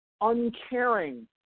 uncaring